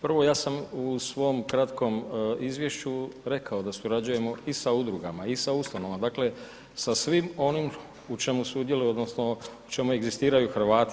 Prvo ja sam u svom kratkom izvješću rekao da surađujemo i sa udrugama i sa ustanovama, dakle sa svim onom u čemu sudjeluju odnosno čemu egzistiraju Hrvati.